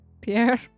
Pierre